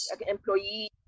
employee